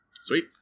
Sweet